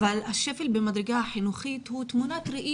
אבל השפל במדרגה החינוכית הוא תמונת ראי